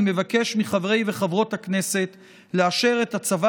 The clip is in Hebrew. אני מבקש מחברי וחברות הכנסת לאשר את הצבת